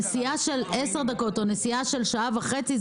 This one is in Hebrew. נסיעה של עשר דקות או נסיעה של שעה וחצי,